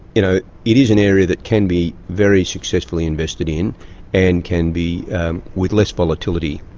you know, it is an area that can be very successfully invested in and can be with less volatility,